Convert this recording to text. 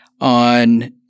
on